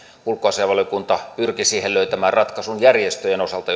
ulkoasiainvaliokunta pyrki siihen löytämään ratkaisun järjestöjen osalta